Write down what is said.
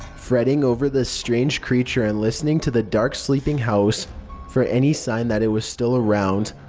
fretting over this strange creature and listening to the dark, sleeping house for any sign that it was still around.